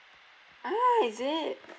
ah is it